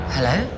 Hello